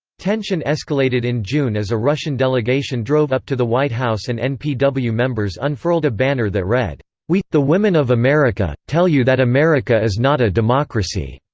tension escalated in june as a russian delegation drove up to the white house and npw members unfurled a banner that read, we, the women of america, tell you that america is not a democracy.